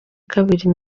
kabiri